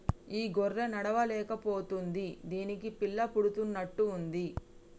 ఈ గొర్రె నడవలేక పోతుంది దీనికి పిల్ల పుడుతున్నట్టు ఉంది